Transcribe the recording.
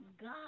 God